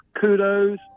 kudos